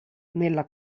nella